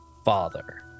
father